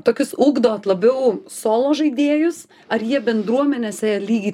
tokius ugdot labiau solo žaidėjus ar jie bendruomenėse lygiai